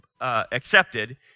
Accepted